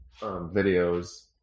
videos